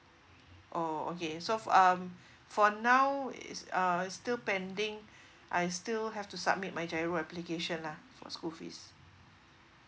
oh okay so um for now is uh still pending I still have to submit my giro application lah for school fees